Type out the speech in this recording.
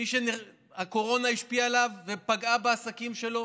מי שהקורונה השפיעה עליו ופגעה בעסקים שלו